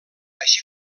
així